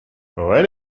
when